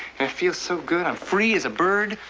and it feels so good. i'm free as a bird.